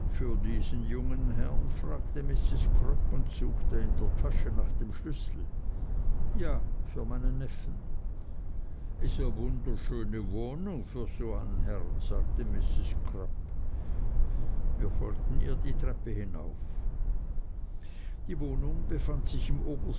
für diesen jungen herrn fragte mrs crupp und suchte in der tasche nach dem schlüssel ja für meinen neffen is a wunderschöne wohnung für so an herrn sagte mrs crupp wir folgten ihr die treppe hinauf die wohnung befand sich im